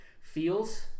Feels